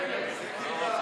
ההסתייגות